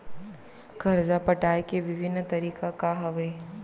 करजा पटाए के विभिन्न तरीका का हवे?